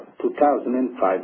2005